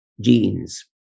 genes